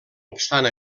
obstant